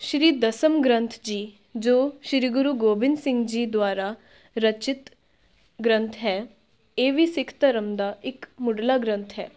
ਸ਼੍ਰੀ ਦਸਮ ਗ੍ਰੰਥ ਜੀ ਜੋ ਸ਼੍ਰੀ ਗੁਰੂ ਗੋਬਿੰਦ ਸਿੰਘ ਜੀ ਦੁਆਰਾ ਰਚਿਤ ਗ੍ਰੰਥ ਹੈ ਇਹ ਵੀ ਸਿੱਖ ਧਰਮ ਦਾ ਇੱਕ ਮੁੱਢਲਾ ਗ੍ਰੰਥ ਹੈ